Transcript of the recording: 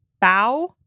bow